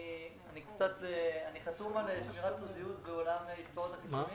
אני חתום על שמירת סודיות בעולם עסקאות החיסונים